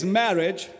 marriage